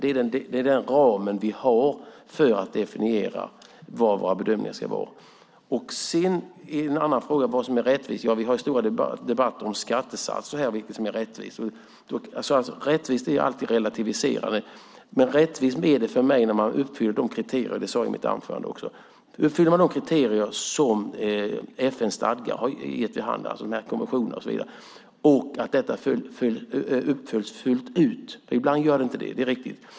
Det är den ramen vi har för att definiera vad våra bedömningar ska vara. Sedan är det en annan fråga vad som är rättvist. Vi har ju här stora debatter om skattesatser och vad som är rättvist. Vad som är rättvist är alltid relativt. Men för mig är det rättvist när man uppfyller de kriterier som jag nämnde i mitt anförande. Det handlar om att uppfylla de kriterier som FN:s stadgar har gett vid handen, alltså de här konventionerna och så vidare, och att uppfylla dessa fullt ut. Ibland görs inte det. Det är riktigt.